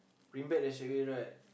bring back then straight away right